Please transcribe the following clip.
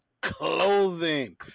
Clothing